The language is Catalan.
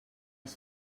els